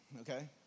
okay